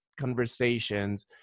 conversations